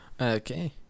okay